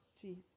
Jesus